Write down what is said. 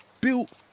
Built